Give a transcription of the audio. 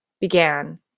began